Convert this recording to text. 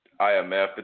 IMF